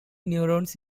neurons